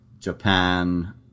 Japan